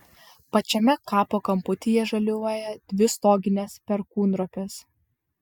pačiame kapo kamputyje žaliuoja dvi stoginės perkūnropės